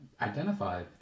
identified